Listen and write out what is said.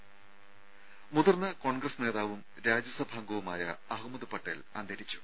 ത മുതിർന്ന കോൺഗ്രസ് നേതാവും രാജ്യസഭാംഗവുമായ അഹമ്മദ് പട്ടേൽ അന്തരിച്ചു